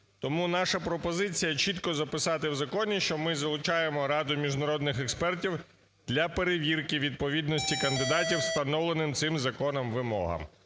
Тому наша пропозиція чітко записати в законі, що ми залучаємо Раду міжнародних експертів для перевірки відповідності кандидатів встановленим цим законом вимогам.